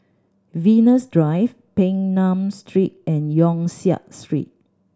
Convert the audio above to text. Venus Drive Peng Nguan Street and Yong Siak Street